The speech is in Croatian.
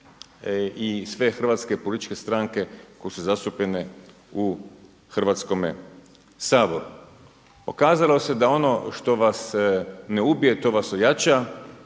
i sve hrvatske političke stranke koje su zastupljene u Hrvatskome saboru. Pokazalo se da ono što vas ne ubije to vas ojača,